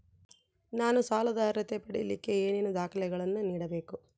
ನಾನು ಸಾಲದ ಅರ್ಹತೆ ಪಡಿಲಿಕ್ಕೆ ಏನೇನು ದಾಖಲೆಗಳನ್ನ ನೇಡಬೇಕು?